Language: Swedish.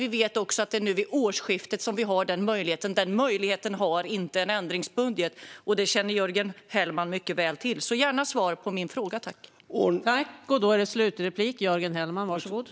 Vi vet att det är nu vid årsskiftet som man har den möjligheten. Den möjligheten finns inte med en ändringsbudget, och det känner Jörgen Hellman mycket väl till. Jag vill gärna ha svar på min fråga, tack!